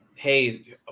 Hey